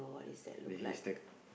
the haystack